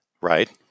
Right